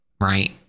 right